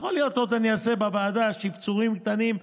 יכול להיות שעוד אני אעשה בוועדה שפצורים קטנים.